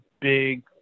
big